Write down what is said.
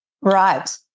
Right